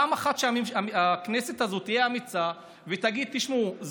שפעם אחת הכנסת הזאת תהיה אמיצה ותגיד: תשמעו,